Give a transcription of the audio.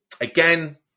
Again